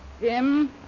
Jim